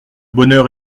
bonheur